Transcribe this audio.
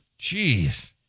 Jeez